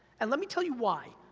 and let me tell you why,